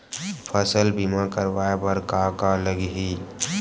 फसल बीमा करवाय बर का का लगही?